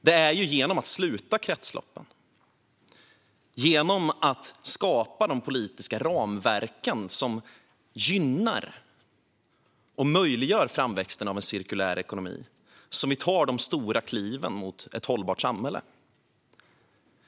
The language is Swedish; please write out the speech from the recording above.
Det är genom att sluta kretsloppen och genom att skapa de politiska ramverk som gynnar och möjliggör framväxten av en cirkulär ekonomi som vi tar de stora kliven mot ett hållbart samhälle.